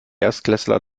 erstklässler